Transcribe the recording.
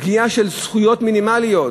פגיעה בזכויות מינימליות,